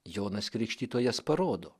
jonas krikštytojas parodo